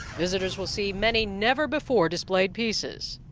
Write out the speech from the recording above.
visitors will see many never before displayed pieces.